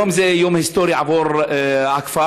היום זה יום היסטורי עבור הכפר,